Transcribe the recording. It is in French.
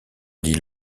dit